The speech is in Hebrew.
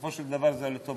בסופו של דבר זה לטובתם.